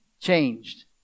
changed